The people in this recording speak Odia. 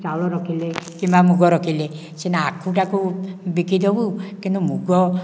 ଚାଉଳ ରଖିଲେ କିମ୍ବା ମୁଗ ରଖିଲେ ସିନା ଆଖୁଟାକୁ ସିନା ବିକିଦେବୁ କିନ୍ତୁ ମୁଗ